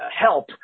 help